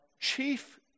chief